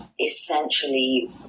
essentially